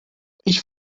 ich